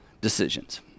decisions